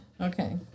Okay